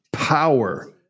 Power